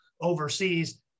overseas